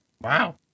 Wow